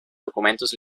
documentos